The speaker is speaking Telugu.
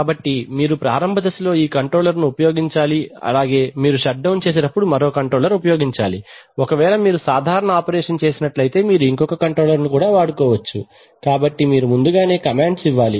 కాబట్టి మీరు ప్రారంభ దశలో ఈ కంట్రోలర్ ను ఉపయోగించాలి అలాగే మీరు షట్ డౌన్ చేసేటప్పుడు మరో కంట్రోలర్ ఉపయోగించాలి ఒకవేళ మీరు సాధారణ ఆపరేషన్ చేసినట్లయితే మీరు ఇంకొక కంట్రోలర్ వాడుకోవచ్చు కాబట్టి మీరు ముందుగానే కమాండ్స్ ఇవ్వాలి